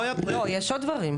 לא, יש עוד דברים.